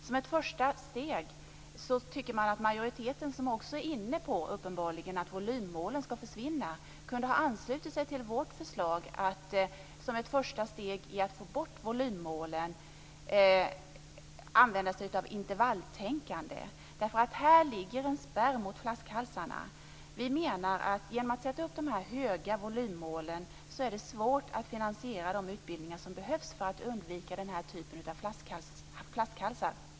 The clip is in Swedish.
Som ett första steg tycker man att mojoriteten, som uppenbarligen också är inne på att volymmålen skall försvinna, kunde ha anslutit sig till vårt förslag att få bort volymmålen och använda sig av intervalltänkande. Här ligger en spärr mot flaskhalsarna. Vi menar att det, genom att man sätter upp höga volymmål, blir svårt att finansiera de utbildningar som behövs för att undvika den här typen av flaskhalsar.